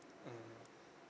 mmhmm